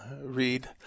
read